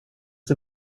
det